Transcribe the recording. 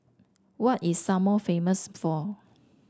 what is Samoa famous for